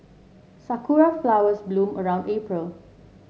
sakura flowers bloom around April